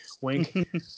wink